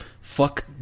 fuck